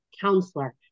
counselor